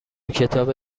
کتاب